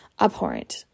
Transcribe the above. abhorrent